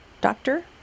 Doctor